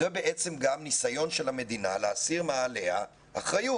זה בעצם גם ניסיון של המדינה להסיר מעליה אחריות.